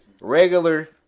regular